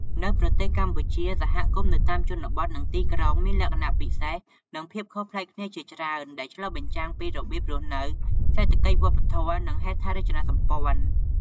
នៅប្រទេសកម្ពុជា សហគមន៍នៅតាមជនបទ និងទីក្រុងមានលក្ខណៈពិសេស និងភាពខុសប្លែកគ្នាជាច្រើន ដែលឆ្លុះបញ្ចាំងពីរបៀបរស់នៅ សេដ្ឋកិច្ច វប្បធម៌ និងហេដ្ឋារចនាសម្ព័ន្ធ។